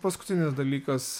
paskutinis dalykas